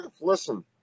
listen